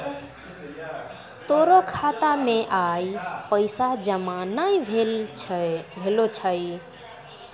तोरो खाता मे आइ पैसा जमा नै भेलो छौं